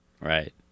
Right